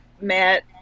Matt